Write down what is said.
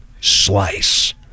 slice